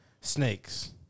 Snakes